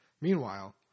Meanwhile